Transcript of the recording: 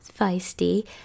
feisty